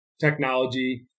Technology